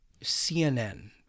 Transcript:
CNN